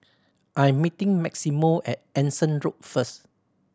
I'm meeting Maximo at Anson Road first